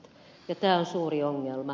tämä on suuri ongelma